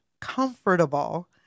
comfortable